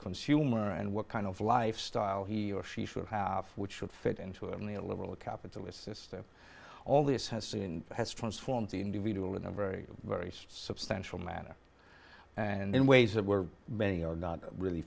consumer and what kind of lifestyle he or she should have which would fit into only a liberal capitalist system all this has has transformed the individual in a very very substantial manner and in ways that were many are not really